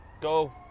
go